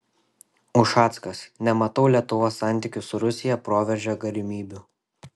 ušackas nematau lietuvos santykių su rusija proveržio galimybių